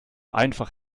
einfach